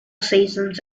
seasons